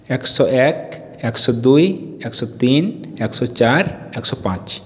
একশো এক একশো দুই একশো তিন একশো চার একশো পাঁচ